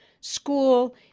school